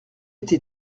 été